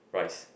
rice